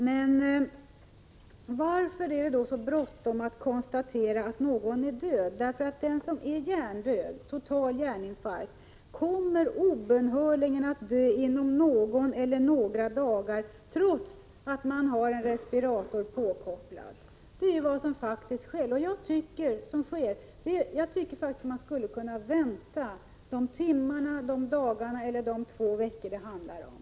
Men varför är det så bråttom att konstatera att någon är död? Den som är hjärndöd, som har total hjärninfarkt, kommer obönhörligen att dö inom någon eller några dagar trots att en respirator är påkopplad. Det är vad som sker. Jag tycker faktiskt att det skulle vara möjligt att vänta de timmar, dagar eller få veckor som det handlar om.